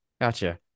Gotcha